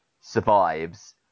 survives